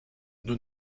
nous